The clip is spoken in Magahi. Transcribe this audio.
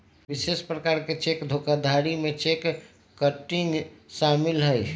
विशेष प्रकार के चेक धोखाधड़ी में चेक किटिंग शामिल हइ